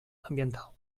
ambiental